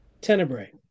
Tenebrae